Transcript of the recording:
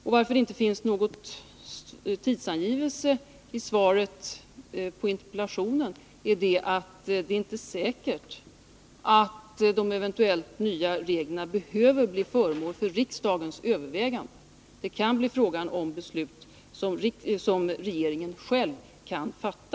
Skälet till att jag i interpellationssvaret inte har lämnat någon tidsangivelse är att det inte är säkert att de eventuellt nya reglerna behöver bli föremål för riksdagens övervägande; det kan bli fråga om beslut som regeringen själv kan fatta.